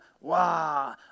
wow